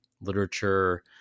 literature